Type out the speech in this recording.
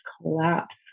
collapse